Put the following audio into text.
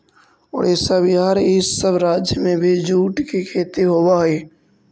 उड़ीसा, बिहार, इ सब राज्य में भी जूट के खेती होवऽ हई